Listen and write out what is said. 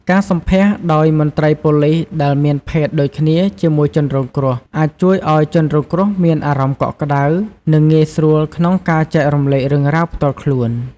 ការសម្ភាសន៍ដោយមន្ត្រីប៉ូលិសដែលមានភេទដូចគ្នាជាមួយជនរងគ្រោះ អាចជួយឲ្យជនរងគ្រោះមានអារម្មណ៍កក់ក្ដៅ និងងាយស្រួលក្នុងការចែករំលែករឿងរ៉ាវផ្ទាល់ខ្លួន។